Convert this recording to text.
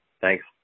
Thanks